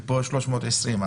ופה 320 שקל.